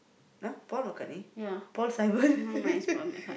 ah Paul-McCartney Paul-Simon